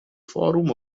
forum